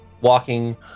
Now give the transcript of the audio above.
walking